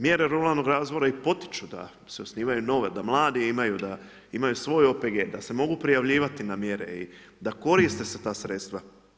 Mjere ruralnog razvoja i potiču da se osnivaju nove, da mladi imaju, da imaju svoj OPG, da se mogu prijavljivati na mjere i da koristite se ta sredstva.